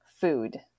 food